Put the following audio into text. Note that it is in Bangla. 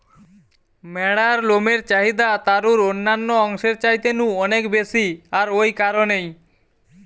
ম্যাড়ার লমের চাহিদা তারুর অন্যান্য অংশের চাইতে নু অনেক বেশি আর ঔ কারণেই